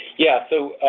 yeah. so,